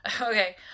Okay